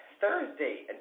Thursday